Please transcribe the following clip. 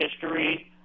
history